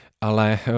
ale